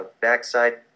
backside